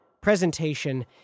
presentation